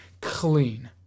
clean